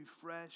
fresh